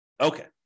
Okay